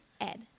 Ed